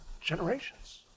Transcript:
generations